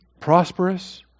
prosperous